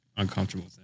uncomfortable